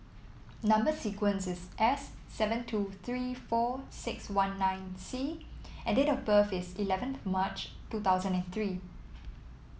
number sequence is S seven two three four six one nine C and date of birth is eleven March two thousand and three